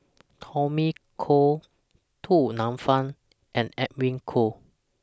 Tommy Koh Du Nanfa and Edwin Koo